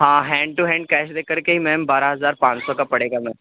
ہاں hand to hand cash دے کر کے ہی میم بارہ ہزار پانچ سو کا پڑے گا میم